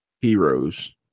heroes